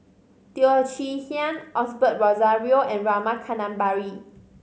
Teo Chee Hean Osbert Rozario and Rama Kannabiran